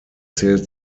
zählt